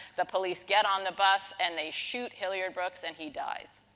the police get on the bus and they shoot hilliard brooks and he dies.